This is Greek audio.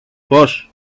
πώς